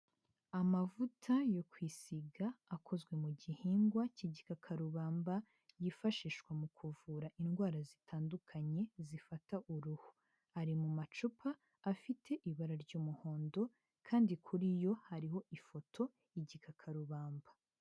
Amavuta yo kwisiga akozwe mu gihingwa k'igikakarubamba, yifashishwa mu kuvura indwara zitandukanye zifata uruhu, ari mu macupa afite ibara ry'umuhondo kandi kuri yo hariho ifoto y'igikakarubamba.